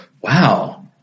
Wow